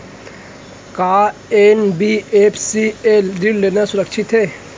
का एन.बी.एफ.सी ले ऋण लेना सुरक्षित हे?